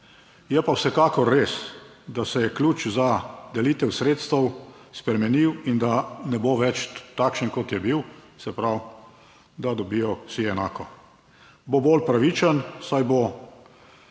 Je pa vsekakor res, da se je ključ za delitev sredstev spremenil in da ne bo več takšen kot je bil, se pravi, da dobijo vsi enako. Bo bolj pravičen, saj bo